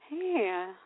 hey